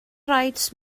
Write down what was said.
rhaid